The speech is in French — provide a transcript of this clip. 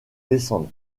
descendre